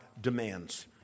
demands